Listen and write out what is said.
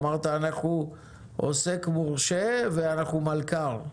אמרת אנחנו עוסק מורשה ואנחנו מלכ"ר.